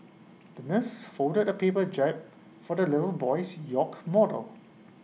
the nurse folded A paper jab for the little boy's york model